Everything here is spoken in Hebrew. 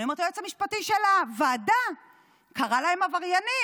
אני אומרת: היועץ המשפטי של הוועדה קרא להם עבריינים,